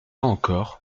encore